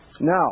now